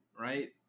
right